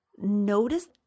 notice